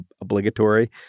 obligatory